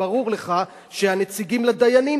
ברור לך שהנציגים לדיינים,